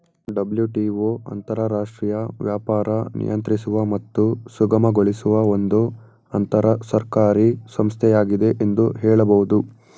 WTO ಅಂತರರಾಷ್ಟ್ರೀಯ ವ್ಯಾಪಾರ ನಿಯಂತ್ರಿಸುವ ಮತ್ತು ಸುಗಮಗೊಳಿಸುವ ಒಂದು ಅಂತರಸರ್ಕಾರಿ ಸಂಸ್ಥೆಯಾಗಿದೆ ಎಂದು ಹೇಳಬಹುದು